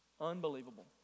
unbelievable